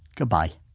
goodbye